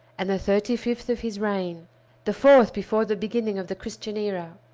and the thirty-fifth of his reign the fourth before the beginning of the christian era.